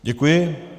Děkuji.